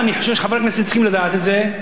אבל אני חושב שחברי הכנסת צריכים לדעת את זה,